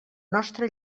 nostra